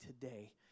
today